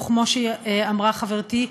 וכמו שאמרה חברתי,